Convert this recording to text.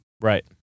Right